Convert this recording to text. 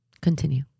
continue